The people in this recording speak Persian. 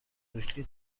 بروکلی